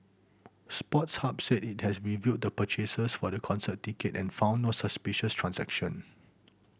Sports Hub said it has reviewed the purchases for the concert ticket and found no suspicious transactions